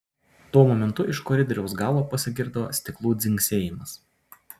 tuo momentu iš koridoriaus galo pasigirdo stiklų dzingsėjimas